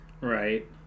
right